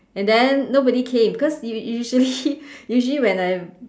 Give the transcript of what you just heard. and then nobody came because u~ usually usually when I